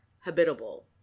habitable